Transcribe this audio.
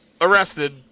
arrested